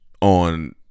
On